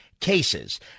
Cases